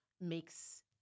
makes